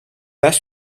bas